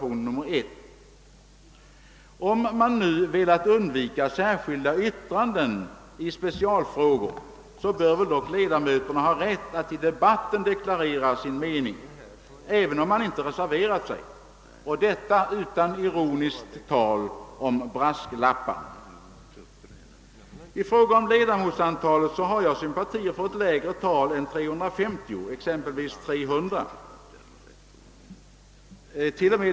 Om man nu velat undvika särskilda yttranden i specialfrågor, så bör väl ledamöterna dock ha rätt att i debatten deklarera sin mening, även om reservation inte avgivits, och detta utan ironiskt tal om brasklappar. I fråga om ledamotsantalet har jag sympatier för ett lägre tal än 350, exempelvis 300. T. o.m.